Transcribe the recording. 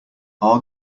our